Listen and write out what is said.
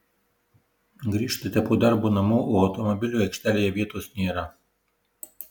grįžtate po darbo namo o automobiliui aikštelėje vietos nėra